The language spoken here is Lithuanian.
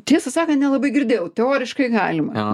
tiesą sakan nelabai girdėjau teoriškai galima